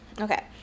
Okay